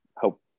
help